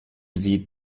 sie